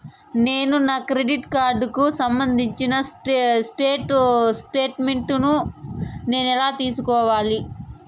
నేను నా క్రెడిట్ కార్డుకు సంబంధించిన స్టేట్ స్టేట్మెంట్ నేను ఎలా తీసుకోవాలి?